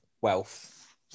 wealth